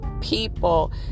people